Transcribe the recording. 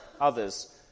others